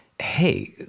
hey